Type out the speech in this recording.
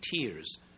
tears